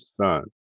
son